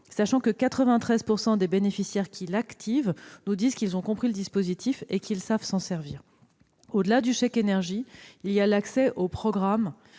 Toutefois, 93 % des bénéficiaires affirment qu'ils ont compris le dispositif et qu'ils savent s'en servir. Au-delà du chèque énergie, il y a l'accès au programme